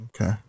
Okay